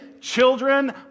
Children